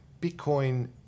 Bitcoin